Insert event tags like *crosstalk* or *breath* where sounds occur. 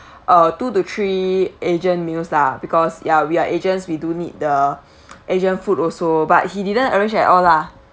*breath* uh two to three asian meals lah because ya we are asians we do need the *breath* asian food also but he didn't arrange at all lah